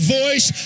voice